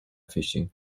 fishing